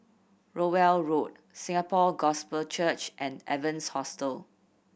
Rowell Road Singapore Gospel Church and Evans Hostel